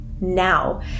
now